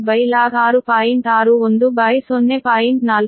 610